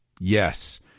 Yes